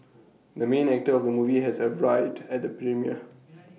the main actor of the movie has arrived at the premiere